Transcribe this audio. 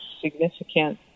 significant